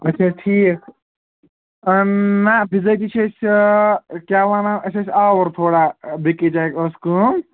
اَچھا ٹھیٖک آ نہَ بِذٲتی چھِ أسۍ کیٛاہ وَنان أسۍ ٲسۍ آوُر تھوڑا بیٚکہِ جایہِ ٲس کٲم